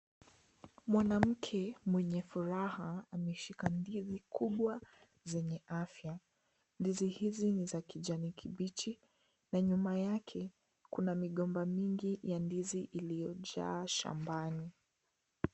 Mwanamke mwenye furaha, ameshika ndizi kubwa zenye afya. Ndizi hizi ni za kijani kibichi na nyuma yake kuna migomba mingi ya ndizi iliyojaa shambani.